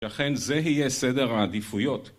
ולכן זה יהיה סדר העדיפויות